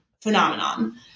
phenomenon